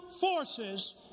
forces